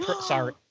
sorry